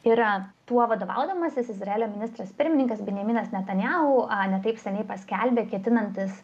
yra tuo vadovaudamasis izraelio ministras pirmininkas benjaminas netanyahu ne taip seniai paskelbė ketinantis